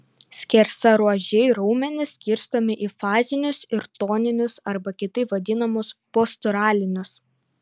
skersaruožiai raumenys skirstomi į fazinius ir toninius arba kitaip vadinamus posturalinius